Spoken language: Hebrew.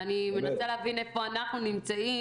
יש שם קוד, אני מנסה להבין איפה אנחנו נמצאים.